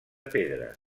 pedra